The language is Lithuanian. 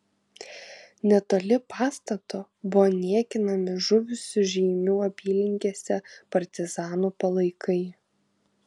netoli pastato buvo niekinami žuvusių žeimių apylinkėse partizanų palaikai